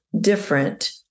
different